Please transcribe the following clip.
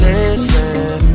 Listen